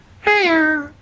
Hey